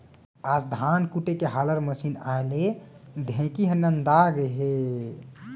आज धान कूटे के हालर मसीन आए ले ढेंकी ह नंदा गए हे